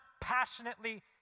passionately